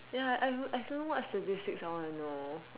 ya I would I don't know what statistics I want to know